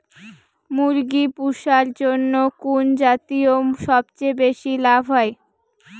মুরগি পুষার জন্য কুন জাতীয় সবথেকে বেশি লাভ হয়?